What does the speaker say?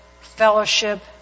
fellowship